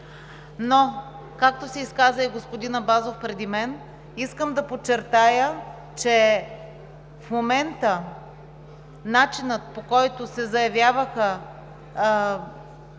Както се изказа и господин Абазов преди мен, искам да подчертая, че в момента начинът, по който се заявяваха